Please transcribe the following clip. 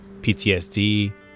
PTSD